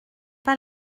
pas